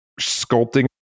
sculpting